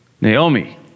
Naomi